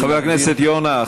חבר הכנסת יונה,